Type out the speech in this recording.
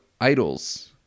Idols